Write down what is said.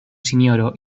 sinjoro